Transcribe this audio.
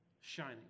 shining